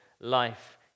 Life